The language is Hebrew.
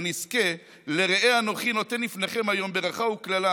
ונזכה ל"ראה אנוכי נותן לפניכם היום ברכה וקללה"